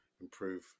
improve